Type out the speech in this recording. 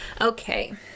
Okay